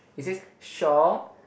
it says shore